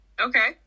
okay